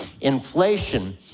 inflation